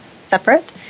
separate